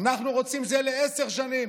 אנחנו רוצים עשר שנים,